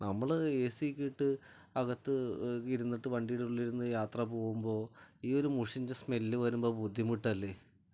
നമ്മൾ ഏ സിയൊക്കെ ഇട്ട് അകത്തു ഇരുന്നിട്ട് വണ്ടിയുടെ ഉള്ളിലിരുന്ന് യാത്ര പോകുമ്പോൾ ഈ ഒരു മുഷിഞ്ഞ സ്മെല്ല് വരുമ്പോൾ ബുദ്ധിമുട്ടല്ലേ